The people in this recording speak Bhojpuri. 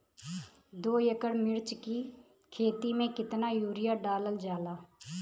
दो एकड़ मिर्च की खेती में कितना यूरिया डालल जाला?